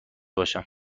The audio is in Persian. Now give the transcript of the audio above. باشم